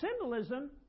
symbolism